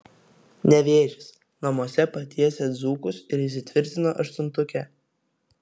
nevėžis namuose patiesė dzūkus ir įsitvirtino aštuntuke